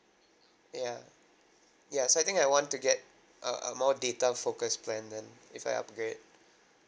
ya yes I think I want to get a a more data focused plan then if I upgrade